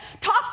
talk